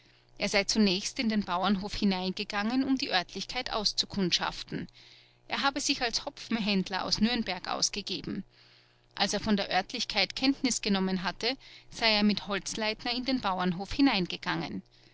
er sei zunächst in den bauernhof hineingegangen um die örtlichkeit auszukundschaften er habe sich als hopfenhändler aus nürnberg ausgegeben als er von der örtlichkeit kenntnis genommen hatte sei er mit holzleitner in den bauernhof hineingegangen